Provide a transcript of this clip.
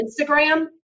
Instagram